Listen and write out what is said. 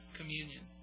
communion